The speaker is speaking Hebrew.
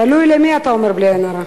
תלוי למי אתה אומר בלי עין הרע.